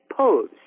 pose